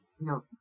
No